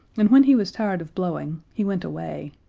and when he was tired of blowing he went away.